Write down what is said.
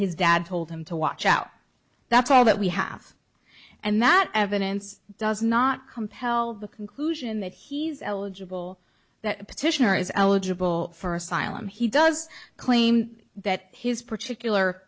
his dad told him to watch out that's all that we have and that evidence does not compel the conclusion that he's eligible that the petitioner is eligible for asylum he does claim that his particular